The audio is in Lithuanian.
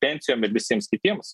pensijom ir visiems kitiems